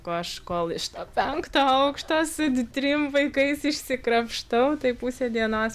ko aš kol iš to penktą aukštą su trim vaikais išsikrapštau tai pusė dienos